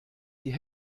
die